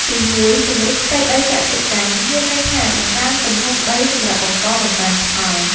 ទីមួយ ពង្រីកផ្ទៃដីកសិកម្ម មានន័យថាបង្កើនទំហំដីសម្រាប់បង្កបង្កើនផល។